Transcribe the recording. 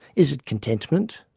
is it contentment?